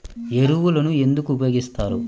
ఎరువులను ఎందుకు ఉపయోగిస్తారు?